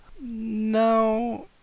No